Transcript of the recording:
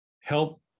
help